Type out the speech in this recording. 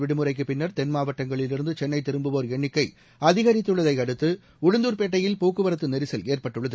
விடுமுறைக்குப் பின்னர் தென் மாவட்டங்களிலிருந்துசென்னைதிரும்புவோர் பொங்கல் எண்ணிக்கைஅதிகரித்துள்ளதைஅடுத்துஉளுந்தூர்பேட்டையில் போக்குவரத்துநெரிகல் ஏற்பட்டுள்ளது